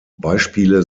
beispiele